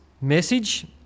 message